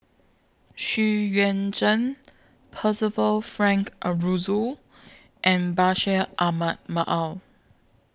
Xu Yuan Zhen Percival Frank Aroozoo and Bashir Ahmad Mallal